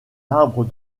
arbre